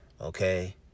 Okay